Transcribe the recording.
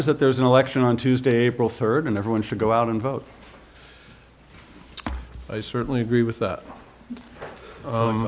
is that there's an election on tuesday april third and everyone should go out and vote i certainly agree with that